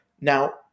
Now